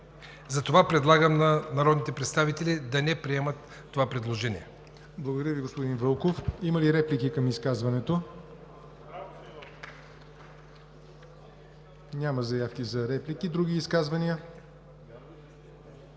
Затова предлагам на народните представители да не приемат това предложение. ПРЕДСЕДАТЕЛ ЯВОР НОТЕВ: Благодаря Ви, господин Вълков. Има ли реплики към изказването? Няма заявки за реплики. Други изказвания?